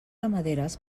ramaderes